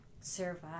survive